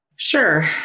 Sure